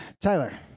Tyler